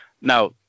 Now